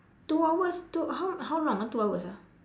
two hours two how how long ah two hours ah